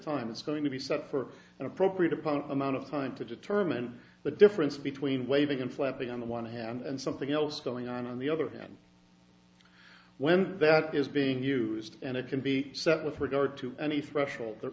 time it's going to be set for an appropriate upon amount of time to determine the difference between waving and flapping on the one hand and something else going on on the other hand when that is being used and it can be set with regard to any threshold there